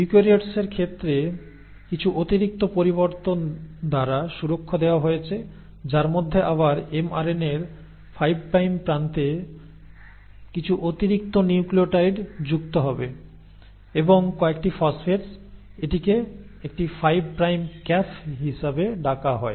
ইউক্যারিওটসের ক্ষেত্রে কিছু অতিরিক্ত পরিবর্তন দ্বারা সুরক্ষা দেওয়া হয়েছে যার মধ্যে আবার এমআরএনএ এর 5 প্রাইম প্রান্তে কিছু অতিরিক্ত নিউক্লিয়োটাইড যুক্ত হবে এবং কয়েকটি ফসফেটস এটিকে একটি 5 প্রাইম ক্যাপ হিসাবে ডাকা হয়